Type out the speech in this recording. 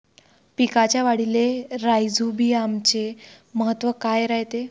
पिकाच्या वाढीले राईझोबीआमचे महत्व काय रायते?